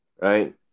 Right